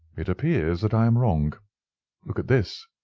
it appears that i am wrong look at this!